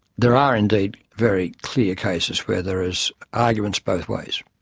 there are indeed very clear cases where there is arguments both ways,